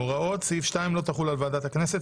הוראת סעיף 2 לא תחול על ועדת הכנסת,